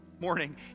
morning